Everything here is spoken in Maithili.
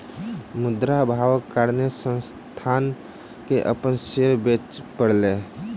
मुद्रा अभावक कारणेँ संस्थान के अपन शेयर बेच पड़लै